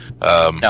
No